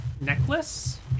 necklace